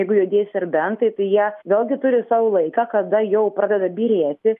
jeigu juodieji serbentai tai jie vėlgi turi savo laiką kada jau pradeda byrėti